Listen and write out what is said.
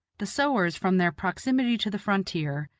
the sowars, from their proximity to the frontier,